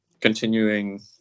continuing